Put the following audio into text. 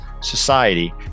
society